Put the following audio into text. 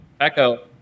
echo